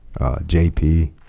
JP